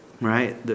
right